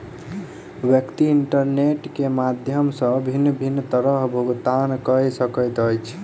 व्यक्ति इंटरनेट के माध्यम सॅ भिन्न भिन्न तरहेँ भुगतान कअ सकैत अछि